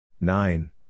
Nine